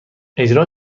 اجرا